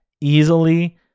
easily